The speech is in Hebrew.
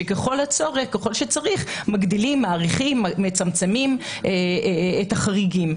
שככל שצריך מגדילים, מאריכים, מצמצמים את החריגים.